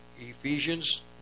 Ephesians